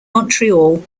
montreal